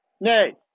Nay